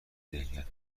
ذهنیت